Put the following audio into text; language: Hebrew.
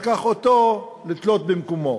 לקח אותו כדי לתלות במקומו.